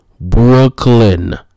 Brooklyn